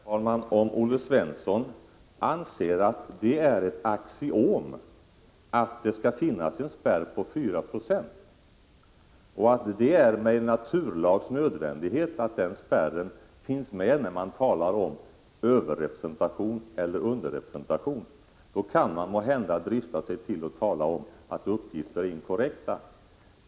Herr talman! Om Olle Svensson anser att det är ett axiom att det skall finnas en spärr på 4 90 och att den med en naturlags nödvändighet måste finnas med när man talar om överrepresentation eller underrepresentation, då kan man måhända drista sig till att tala om att uppgifter är inkorrekta.